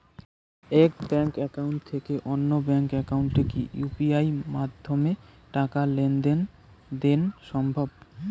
এক bank account থেকে অন্য ব্যাংক একাউন্টে কি ইউ.পি.আই মাধ্যমে টাকার লেনদেন দেন সম্ভব?